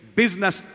business